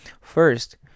first